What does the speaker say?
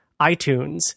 iTunes